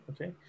okay